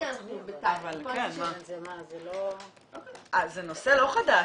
זה נושא לא חדש,